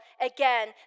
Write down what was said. again